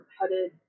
headed